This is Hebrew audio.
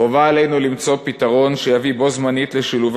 חובה עלינו למצוא פתרון שיביא בו בזמן לשילוב